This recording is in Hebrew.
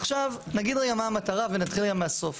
עכשיו נגיד רגע מה המטרה ונתחיל מהסוף.